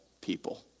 people